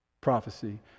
prophecy